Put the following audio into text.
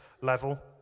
level